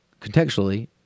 contextually